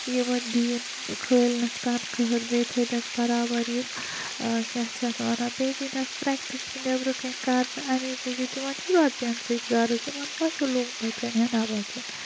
یِمَن دِیَن کھٲلِنَکھ تَخکھہن بیٚیہ تھٔنکھ بَرابَر یِم کیاہ چھِ اَتھ وَنان بیٚیہ دینَکھ پریٚکٹِس تہِ نٮ۪برٕ کٔنۍ کَرنہٕ امے موٗجوٗب تِمَن چھُ رۄپیَن سۭتۍ غرَض تِمَن ما چھ لُکَن